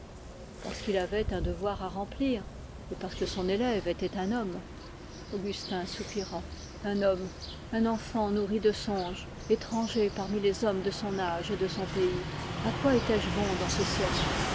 parce qu'il avait un devoir à remplir et parce que son élève était un homme un homme un enfant nourri de songes étranger parmi les hommes de son âge et de son pays à quoi étais-je bon dans ce siècle